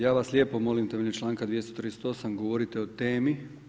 Ja vas lijepo molim, temeljem članka 238. govorite o temi.